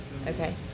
Okay